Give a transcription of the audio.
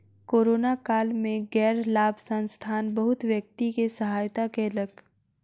corona काल में गैर लाभ संस्थान बहुत व्यक्ति के सहायता कयलक